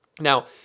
now